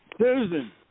Susan